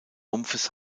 rumpfes